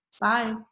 Bye